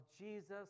Jesus